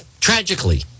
tragically